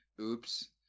Oops